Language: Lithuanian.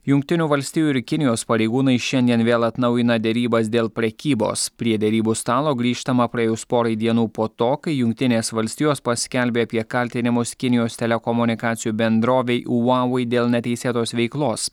jungtinių valstijų ir kinijos pareigūnai šiandien vėl atnaujina derybas dėl prekybos prie derybų stalo grįžtama praėjus porai dienų po to kai jungtinės valstijos paskelbė apie kaltinimus kinijos telekomunikacijų bendrovei uavei dėl neteisėtos veiklos